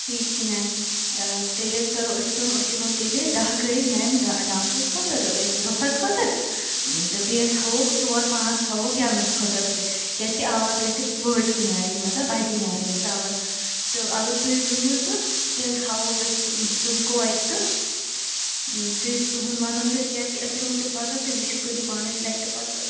ٹھیٖک چھُ میم تیٚلہِ حظ کَرو أسۍ کٲم أسۍ یِمو تیٚلہٕ دَہ گٔے میم ڈانٛسَس خٲطرٕ اَتھ روٚفس خٲطرٕ تہٕ بیٚیہِ تھاوہوکھ ژور پانٛژھ تھاوہوکھ گیٚونس خٲطرٕ تہٕ کیازِ کہِ آواز گَژھہِ بٔڑ نیرٕنۍ مطلب بڑِ نیرٕنۍ گَژھہِ آواز اگر تہٕ تُہۍ ؤنِو تہٕ تیٚلہِ تھاووکھ أسۍ تِم کورِ تہٕ تُہۍ تُہنٛد وَنُن تیٚلہِ کیازِ کہِ أسۍ یِمو تیٚلہِ پَگہہ تُہۍ وٕچھِو کٔرِو پانے سِلیٚکٹ پَتہٕ